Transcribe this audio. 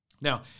Now